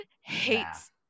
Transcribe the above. hates